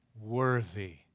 worthy